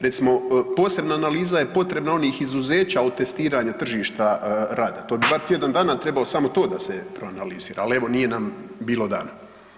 Recimo posebna analiza je potrebna onih izuzeća o testiranju tržišta rada, to bi bar tjedan dana trebao samo to da se proanalizira, al evo nije nam bilo dana.